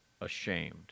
ashamed